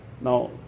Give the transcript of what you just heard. Now